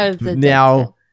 now